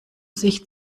sich